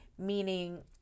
Meaning